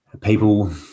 people